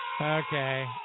okay